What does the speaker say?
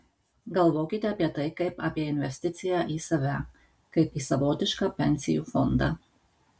galvokite apie tai kaip apie į investiciją į save kaip į savotišką pensijų fondą